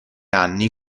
anni